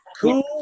cool